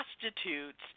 prostitutes